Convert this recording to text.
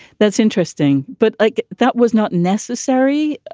that's interesting. but like that was not necessary.